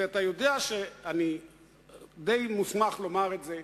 ואתה יודע שאני די מוסמך לומר את זה,